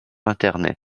internet